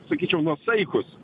sakyčiau nuosaikūs